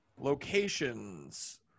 Locations